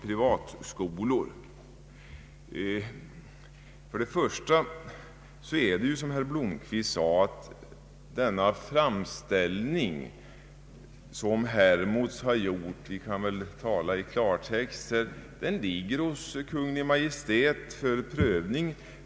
Till att börja med kan jag konstatera att, som herr Blomquist sade, den framställning som Hermods har gjort — vi kan väl tala i klartext här — ligger hos Kungl. Maj:t för prövning.